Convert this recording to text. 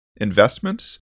investments